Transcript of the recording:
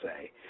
say